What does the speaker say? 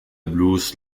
blues